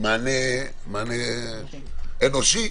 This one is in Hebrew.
מענה אנושי?